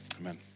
Amen